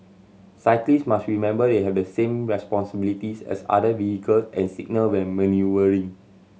cyclist must remember they have the same responsibilities as other vehicle and signal when manoeuvring